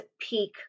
peak